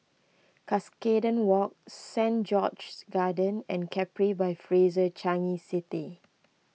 Cuscaden Walk Saint George's Garden and Capri by Fraser Changi City